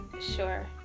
sure